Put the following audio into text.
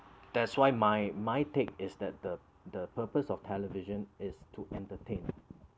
that's why my take is that the the purpose of television is to entertain